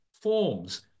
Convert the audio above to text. forms